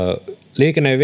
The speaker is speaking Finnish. liikenne ja